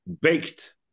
baked